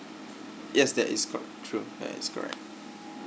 yes that is quite true ya it's correct